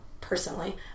personally